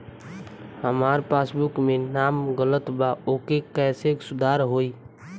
हमार पासबुक मे नाम गलत बा ओके कैसे सुधार होई?